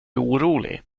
orolig